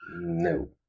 no